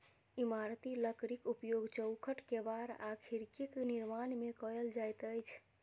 इमारती लकड़ीक उपयोग चौखैट, केबाड़ आ खिड़कीक निर्माण मे कयल जाइत अछि